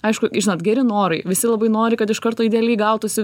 aišku žinot geri norai visi labai nori kad iš karto idealiai gautųsi